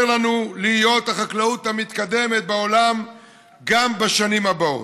לנו להיות החקלאות המתקדמת בעולם גם בשנים הבאות?